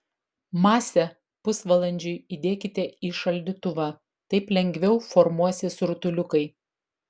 masę pusvalandžiui įdėkite į šaldytuvą taip lengviau formuosis rutuliukai